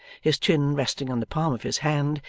his chin resting on the palm of his hand,